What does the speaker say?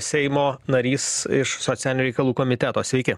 seimo narys iš socialinių reikalų komiteto sveiki